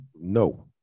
No